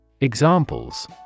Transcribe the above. Examples